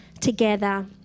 together